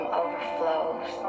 overflows